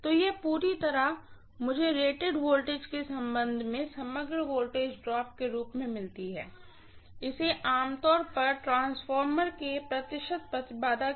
Student Are the primary and secondary impedances always comparable